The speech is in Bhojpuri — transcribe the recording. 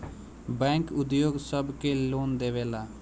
बैंक उद्योग सब के लोन देवेला